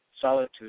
Solitude